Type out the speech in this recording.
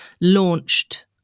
launched